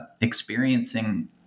experiencing